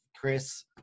Chris